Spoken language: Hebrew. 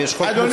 אם יש חוק מוצמד,